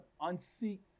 unseat